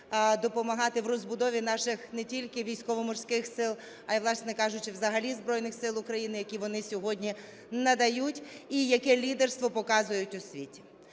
допомагати в розбудові наших не тільки Військово-Морських Сил, а й, власне кажучи, взагалі Збройних Сил України, які вони сьогодні надають і яке лідерство показують у світі.